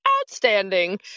Outstanding